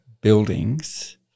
buildings